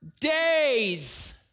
days